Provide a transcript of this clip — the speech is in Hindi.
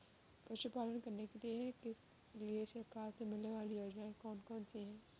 पशु पालन करने के लिए सरकार से मिलने वाली योजनाएँ कौन कौन सी हैं?